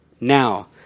Now